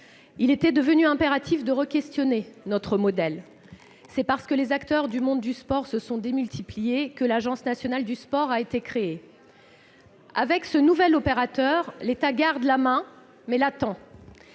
Il était devenu impératif de requestionner notre modèle. C'est parce que les acteurs du monde du sport se sont démultipliés que l'Agence nationale du sport a été créée. Avec ce nouvel opérateur, l'État garde la main, mais il la tend